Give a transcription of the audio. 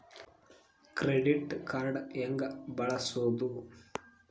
Credit card ಹೆಂಗ ಬಳಸೋದು?